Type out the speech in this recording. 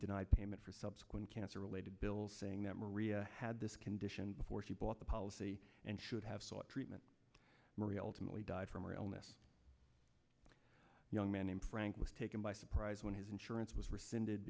denied payment for subsequent cancer related bills saying that maria had this condition before he bought the policy and should have sought treatment maria ultimately died from or illness young man named frank was taken by surprise when his insurance was rescinded